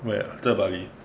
where 在 bali